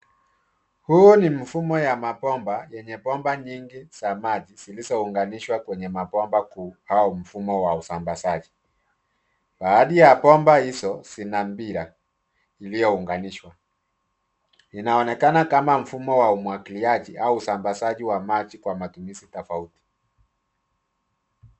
Huu ni mfumo ya mabomba yenye bomba nyingi za maji zilizounganishwa kwenye mabomba kuu au mfumo wa usambazaji. Baadhi ya bomba hizo zina mpira iliyounganishwa. Inaonekana kama mfumo wa umwagiliaji au usambazaji wa maji kwa matumizi tofauti.